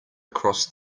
across